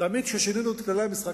תמיד כששינינו את כללי המשחק,